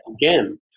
again